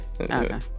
Okay